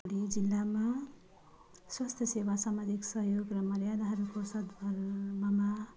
हाम्रो जिल्लामा स्वास्थ्य सेवा सामाजिक सहयोग र मर्यादाहरूको सद्भावनाहरूमा